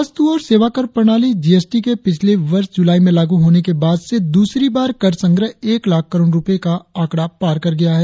वस्तु और सेवा कर प्रणाली जीएसटी के पिछले वर्ष जुलाई में लागू होने के बाद से दूसरी बार कर संग्रह एक लाख करोड़ रुपये का आंकड़ा पार कर गया है